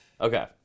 Okay